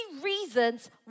reasons